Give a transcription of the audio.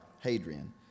Hadrian